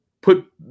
put